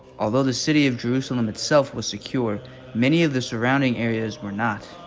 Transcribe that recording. although the city of jerusalem itself was secure many of the surrounding areas were not.